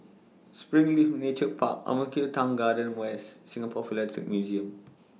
Springleaf Nature Park Ang Mo Kio Town Garden West Singapore Philatelic Museum